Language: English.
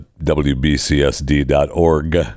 wbcsd.org